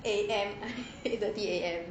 A_M eight thirty A_M